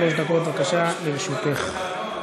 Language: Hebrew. חמש דקות, בבקשה, לרשותך.